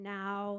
now